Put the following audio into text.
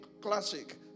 classic